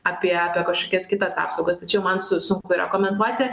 apie kažkokias kitas apsaugas tai čia man su sunku rekomenduoti